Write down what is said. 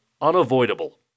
unavoidable